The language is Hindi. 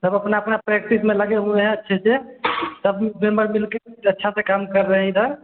सब अपना अपना प्रैक्टिस में लगे हुए हैं अच्छे से सभी मेम्बर मिल कर अच्छे से काम कर रहे हैं इधर